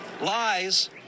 Lies